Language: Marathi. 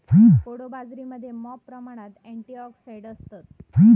कोडो बाजरीमध्ये मॉप प्रमाणात अँटिऑक्सिडंट्स असतत